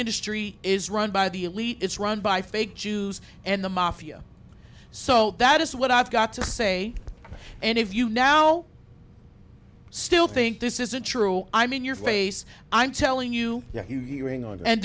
industry is run by the elite it's run by fake jews and the mafia so that is what i've got to say and if you now still think this isn't true i mean your face i'm telling you you're going on and